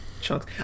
chunks